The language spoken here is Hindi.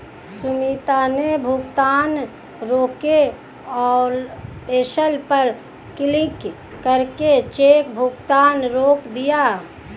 सुमित ने भुगतान रोके ऑप्शन पर क्लिक करके चेक भुगतान रोक दिया